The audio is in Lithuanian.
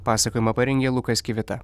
pasakojimą parengė lukas kivita